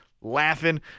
laughing